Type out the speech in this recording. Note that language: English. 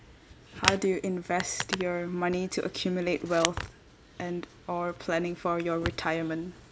how do you invest your money to accumulate wealth and or planning for your retirement